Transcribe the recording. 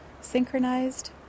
synchronized